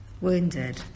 wounded